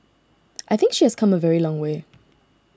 I think she has come a very long way